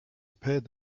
appeared